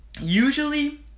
Usually